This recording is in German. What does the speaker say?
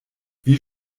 wie